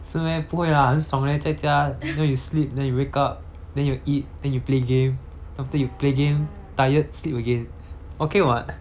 是 meh 不会 lah 很爽 leh 在家 you know you sleep then you wake up then you eat then you play game after you play game tired sleep again okay [what]